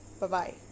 bye-bye